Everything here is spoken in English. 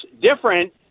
different